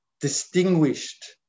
distinguished